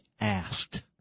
asked